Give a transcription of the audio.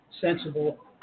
sensible